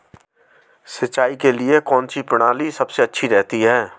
सिंचाई के लिए कौनसी प्रणाली सबसे अच्छी रहती है?